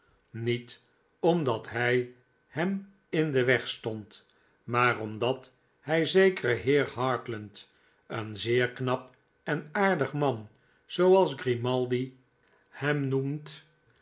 niet omdat hij hem in den weg stond maar omdat hij zekeren heer hartland een zeer knap en aardig m a n zooals grimaldi hem noemt